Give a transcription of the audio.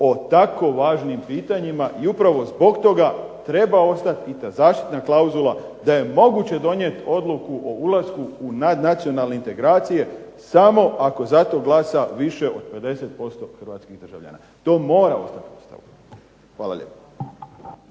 o tako važnim pitanjima i upravo zbog toga treba ostat i ta zaštitna klauzula da je moguće donijeti odluku o ulasku u nadnacionalne integracije samo ako za to glasa više od 50% hrvatskih državljana. To mora ostati isto. Hvala lijepo.